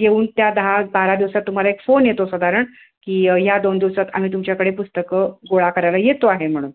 येऊन त्या दहा बारा दिवसात तुम्हाला एक फोन येतो साधारण की ह्या दोन दिवसात आम्ही तुमच्याकडे पुस्तकं गोळा करायला येतो आहे म्हणून